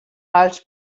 als